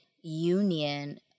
union